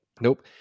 Nope